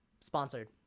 sponsored